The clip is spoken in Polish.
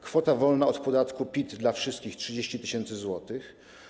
Kwota wolna od podatku PIT dla wszystkich - 30 tys. zł.